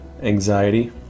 anxiety